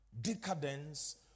decadence